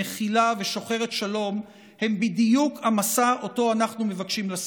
מכילה ושוחרת שלום הם בדיוק המשא שאותו אנחנו מבקשים לשאת.